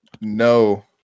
no